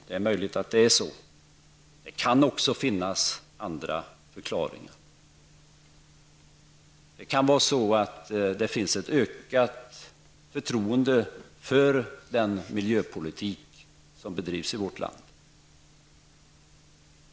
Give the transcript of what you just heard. Det är möjligt att förklaringen kan vara att det finns ett ökat förtroende för den miljöpolitik som bedrivs i vårt land.